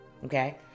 Okay